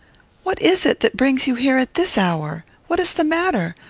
what is it that brings you here at this hour? what is the matter?